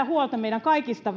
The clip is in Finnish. huolta kaikista